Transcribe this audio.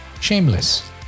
Shameless